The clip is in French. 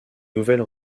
nouvelle